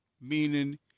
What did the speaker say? meaning